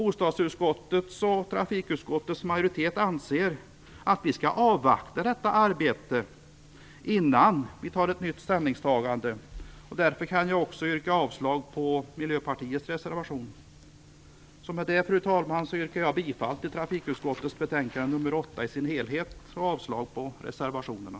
Bostadsutskottets och trafikutskottets majoriteter anser att vi skall avvakta detta arbete innan vi gör ett nytt ställningstagande. Jag kan därför också yrka avslag på Miljöpartiets reservation. Med detta, fru talman, yrkar jag bifall till hemställan i trafikutskottets betänkande nr 8 i dess helhet och avslag på reservationerna.